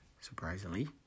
Surprisingly